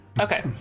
okay